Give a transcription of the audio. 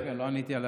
רגע, לא עניתי.